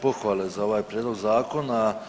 Pohvale za ovaj prijedlog zakona.